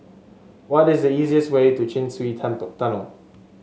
what is the easiest way to Chin Swee Temple Tunnel